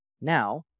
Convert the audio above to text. Now